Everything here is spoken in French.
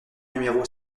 numéro